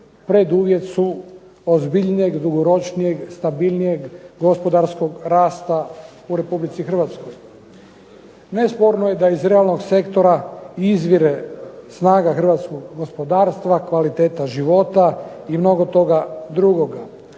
preduvjet su ozbiljnijeg, dugoročnijeg, stabilnijeg gospodarskog rasta u Republici Hrvatskoj. Nesporno je da iz realnog sektora izvire snaga Hrvatskog gospodarstva, kvaliteta života i mnogo toga drugoga,